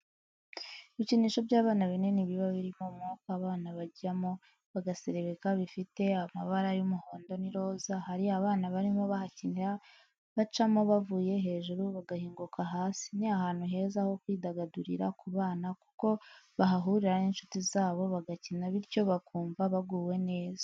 Ibikinisho by'abana binini biba birimo umwuka abana bajyamo bagaserebeka, bifite amabara y'umuhondo n'iroza hari abana barimo bahakinira bacamo bavuye hejuru bagahinguka hasi ni ahantu heza ho kwidagadurira ku bana kuko bahahurira n'inshuti zabo bagakina bityo bakumva baguwe neza.